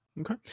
Okay